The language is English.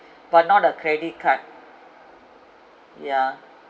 but not the credit card yeah